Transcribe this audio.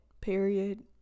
period